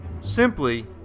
simply